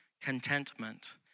Contentment